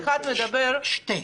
שתי,